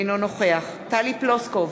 אינו נוכח טלי פלוסקוב,